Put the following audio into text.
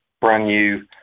brand-new